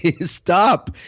Stop